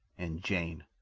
and jane!